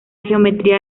geometría